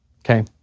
Okay